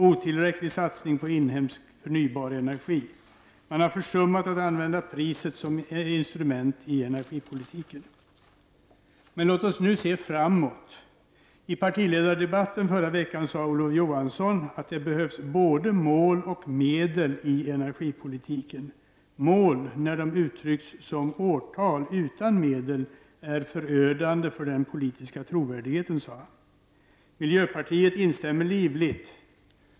Otillräcklig satsning på inhemsk förnybar energi. Man har försummat att använda priset som instrument i energipolitiken. Men låt oss nu se framåt. I partiledardebatten förra veckan sade Olof Johansson att det behövs både mål och medel i energipolitiken. ''Mål, när de uttrycks som årtal utan medel, är förödande för den politiska trovärdigheten'', sade han. Miljöpartiet instämmer livligt.